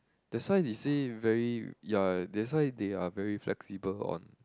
that's why they say very ya that's why they are very flexible on